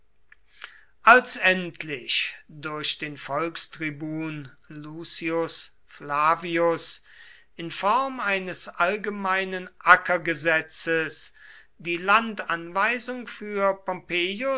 als endlich durch den volkstribun lucius flavius in form eines allgemeinen ackergesetzes die landanweisung für